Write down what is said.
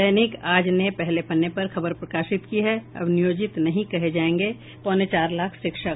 दैनिक आज ने पहले पन्ने पर खबर प्रकाशित की है अब नियोजित नहीं कहे जायेंगे पौने चार लाख शिक्षक